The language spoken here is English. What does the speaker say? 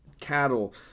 cattle